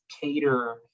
cater